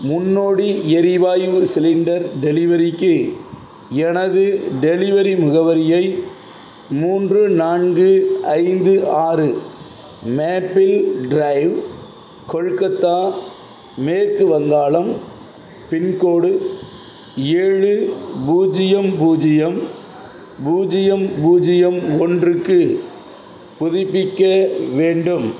முன்னோடி எரிவாயு சிலிண்டர் டெலிவரிக்கு எனது டெலிவரி முகவரியை மூன்று நான்கு ஐந்து ஆறு மேப்பிள் ட்ரைவ் கொல்கத்தா மேற்கு வங்காளம் பின்கோடு ஏழு பூஜ்ஜியம் பூஜ்ஜியம் பூஜ்ஜியம் பூஜ்ஜியம் ஒன்றுக்கு புதுப்பிக்க வேண்டும்